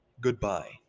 Goodbye